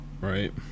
Right